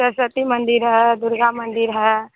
सरसत्ती मंदिर है दुर्गा मंदिर है